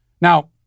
Now